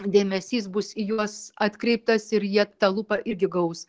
dėmesys bus į juos atkreiptas ir jie tą lupą irgi gaus